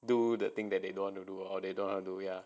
do the thing that they don't want to do or they don't know how to do ya